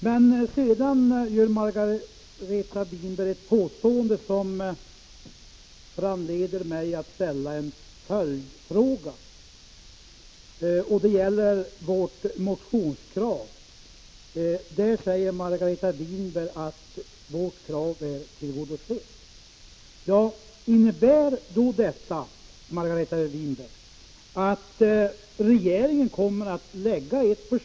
Men sedan gör Margareta Winberg ett påstående som föranleder mig att ställa en följdfråga angående vårt motionskrav. Margareta Winberg säger att vårt motionskrav är tillgodosett. Innebär detta, Margareta Winberg, att regeringen kommer att lägga fram ett — Prot.